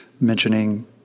mentioning